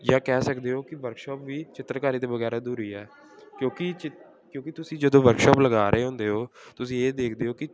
ਜਾਂ ਕਹਿ ਸਕਦੇ ਹੋ ਕਿ ਵਰਕਸ਼ੋਪ ਵੀ ਚਿੱਤਰਕਾਰੀ ਤੋਂ ਵਗੈਰ ਅਧੂਰੀ ਹੈ ਕਿਉਂਕਿ ਚੀ ਕਿਉਂਕਿ ਤੁਸੀਂ ਜਦੋਂ ਵਰਕਸ਼ੋਪ ਲਗਾ ਰਹੇ ਹੁੰਦੇ ਹੋ ਤੁਸੀਂ ਇਹ ਦੇਖਦੇ ਹੋ ਕਿ